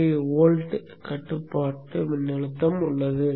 5 volt கட்டுப்பாட்டு மின்னழுத்தம் உள்ளது